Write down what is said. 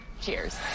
Cheers